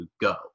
go